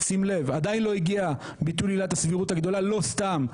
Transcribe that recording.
שים לב עדיין לא הגיע ביטול עילת הסבירות הגדולה לא סתם,